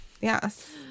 Yes